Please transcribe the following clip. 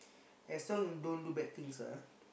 as long don't do bad things ah